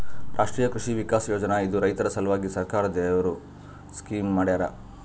ರಾಷ್ಟ್ರೀಯ ಕೃಷಿ ವಿಕಾಸ್ ಯೋಜನಾ ಇದು ರೈತರ ಸಲ್ವಾಗಿ ಸರ್ಕಾರ್ ದವ್ರು ಸ್ಕೀಮ್ ಮಾಡ್ಯಾರ